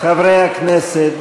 חברי הכנסת,